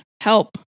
help